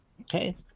Okay